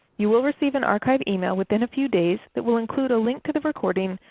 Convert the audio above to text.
you will receive an archive email within a few days that will include a link to the recording,